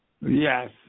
Yes